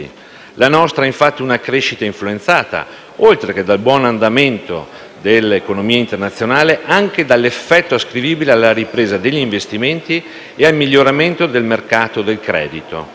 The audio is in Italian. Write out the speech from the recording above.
La nostra è, infatti, una crescita influenzata, oltre che dal buon andamento dell'economia internazionale, anche dall'effetto ascrivibile alla ripresa degli investimenti e al miglioramento del mercato del credito.